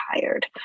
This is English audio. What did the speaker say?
tired